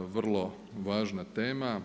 vrlo važna tema.